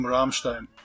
Rammstein